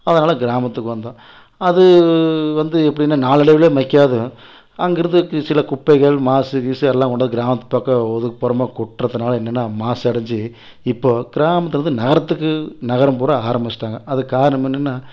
அதனால் கிராமத்துக்கும் வந்தோம் அது வந்து எப்படினா நாளடைவில் அங்கிருந்து சில குப்பைகள் மாசு கீசு எல்லாம் கொண்டாந்து கிராமத்துப் பக்கம் ஒதுக்குப்புறமாக கொட்டுறதுனால என்னென்னா மாசடைந்து இப்போது கிராமத்திலேருந்து நகரத்துக்கு நகரம் பூராம் ஆரம்பிச்சுட்டாங்க அதுக்கு காரணம் என்னென்னா